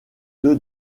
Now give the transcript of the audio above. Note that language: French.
deux